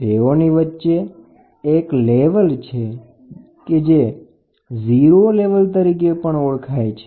તેઓની વચ્ચે એક લેવલ છે જે 0 લેવલ તરીકે ઓળખાય છે